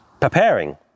preparing